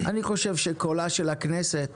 אני חושב שקולה של הכנסת